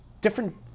Different